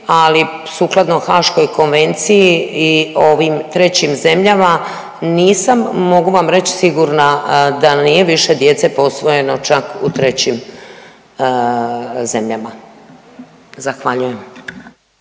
ali sukladno Haaškoj konvenciji i ovim trećim zemljama nisam mogu vam reći sigurna da nije više djece posvojeno čak u trećim zemljama. Zahvaljujem.